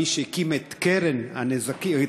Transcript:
מי שהקים את הקרן עצמה,